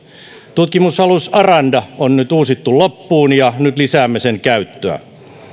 tutkimusalus aranda on nyt uusittu loppuun ja nyt lisäämme sen käyttöä